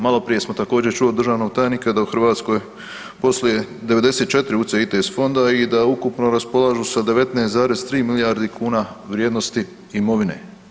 Maloprije smo također čuo od državnog tajnika da u Hrvatskoj poslije 94 UCITS fonda i da ukupno raspolažu sa 19,3 milijardi kuna vrijednosti imovine.